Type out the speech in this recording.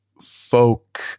folk